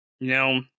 No